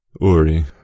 Uri